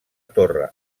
torre